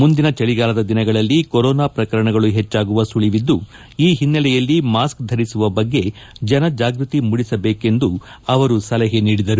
ಮುಂದಿನ ಚಳಿಗಾಲದ ದಿನಗಳಲ್ಲಿ ಕೊರೊನಾ ಪ್ರಕರಣಗಳು ಹೆಚ್ಚಾಗುವ ಸುಳಿವಿದ್ದು ಈ ಹಿನ್ನೆಲೆಯಲ್ಲಿ ಮಾಸ್ಕ ಧರಿಸುವ ಬಗ್ಗೆ ಜನ ಜಾಗೃತಿ ಮೂಡಿಸಬೇಕೆಂದು ಸಲಹೆ ನೀಡಿದರು